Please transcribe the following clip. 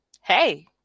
hey